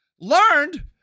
learned